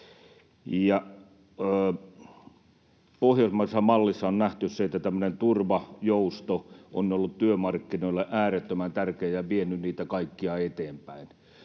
Pohjoismaisessa mallissa on nähty se, että tämmöinen turva, jousto, on ollut työmarkkinoille äärettömän tärkeä ja vienyt niitä kaikkia eteenpäin.